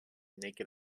naked